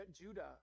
Judah